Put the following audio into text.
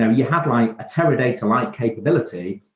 ah you have like a teradata-like capability,